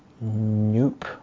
Nope